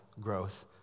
growth